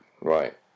Right